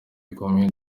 bikomeye